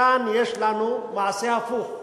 כאן יש לנו מעשה הפוך: